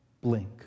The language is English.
blink